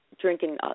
Drinking